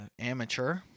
amateur